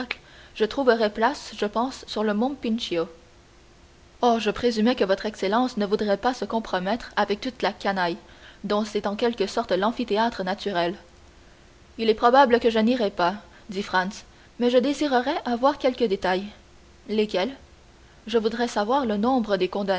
je trouverais place je pense sur le mont pincio oh je présumais que votre excellence ne voudrait pas se compromettre avec toute la canaille dont c'est en quelque sorte l'amphithéâtre naturel il est probable que je n'irai pas dit franz mais je désirerais avoir quelques détails lesquels je voudrais savoir le nombre des